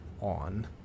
on